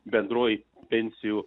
bendroji pensijų